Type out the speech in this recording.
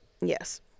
Yes